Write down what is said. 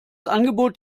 angebot